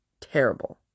terrible